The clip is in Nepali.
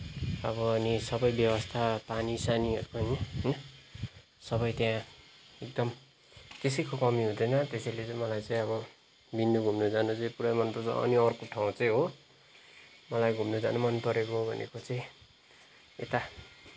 अब अनि सबै व्यवस्था पानी सानीहरूको होइन सबै त्यहाँ एकदम कसैको कमी हुँदैन त्यसैले चाहिँ मलाई चाहिँ अब बिन्दु घुम्न जान चाहिँ पुरा मनपर्छ अनि अर्को ठाउँ चाहिँ हो मलाई घुम्न जान मन परेको भनेको चाहिँ यता